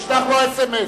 תשלח לו אס.אם.אס.